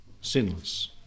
Sinless